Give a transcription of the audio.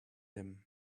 him